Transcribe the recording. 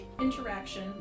interaction